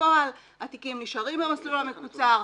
בפועל התיקים נשארים במסלול המקוצר,